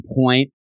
point